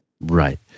Right